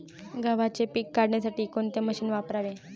गव्हाचे पीक काढण्यासाठी कोणते मशीन वापरावे?